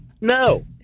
no